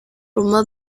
rumah